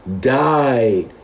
died